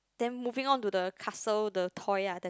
then moving on to the castle the toy ah the